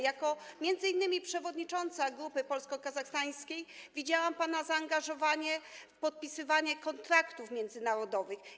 Jako przewodnicząca grupy polsko-kazachstańskiej widziałam pana zaangażowanie w podpisywanie kontraktów międzynarodowych.